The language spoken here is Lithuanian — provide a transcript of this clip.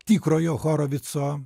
tikrojo horovico